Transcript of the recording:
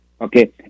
okay